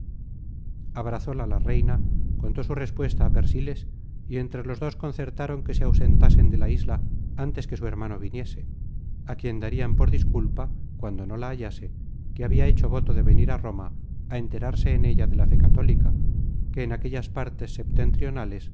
ella abrazola la reina contó su respuesta á persiles y entre los dos concertaron que se ausentasen de la isla ántes que su hermano viniese á quien darian por disculpa cuando no la hallase que habia hecho voto de venir á roma á enterarse en ella de la fe católica que en aquellas partes septentrionales